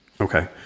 Okay